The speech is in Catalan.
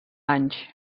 anys